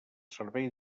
servei